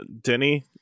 Denny